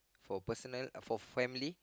for personal for family